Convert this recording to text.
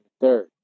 third